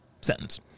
sentence